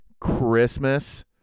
Christmas